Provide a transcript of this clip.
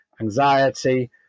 anxiety